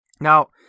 Now